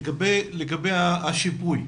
לגבי השיפוי.